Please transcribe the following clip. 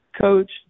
coach